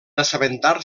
assabentar